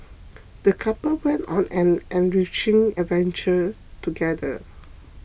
the couple went on an enriching adventure together